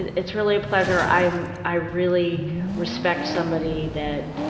and it's really a pleasure. i'm, i really respect somebody that,